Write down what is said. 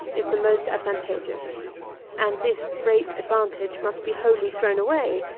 is the most advantageous and this great advantage must be wholly thrown away,